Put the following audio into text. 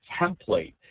template